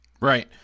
Right